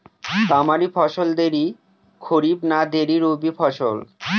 তামারি ফসল দেরী খরিফ না দেরী রবি ফসল?